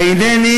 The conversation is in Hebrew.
אינני